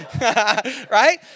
Right